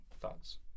thoughts